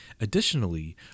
Additionally